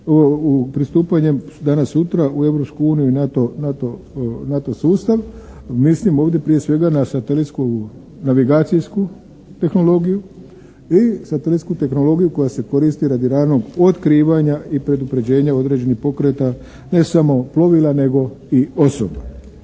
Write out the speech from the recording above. u pristupanjem danas sutra u Europsku uniju i NATO sustav. Mislim ovdje prije svega na satelitsku navigacijsku tehnologiju i satelitsku tehnologiju koja se koristi radi ranog otkrivanja i predupređenja određenih pokreta, ne samo plovila nego i osoba.